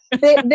they-